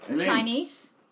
Chinese